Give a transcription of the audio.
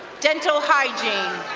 dental hygiene.